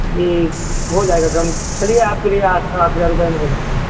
जी हो जाएगा कम चलिए आपके लिए आठ आठ हज़ार रुपये में हो जाएगा